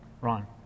Ron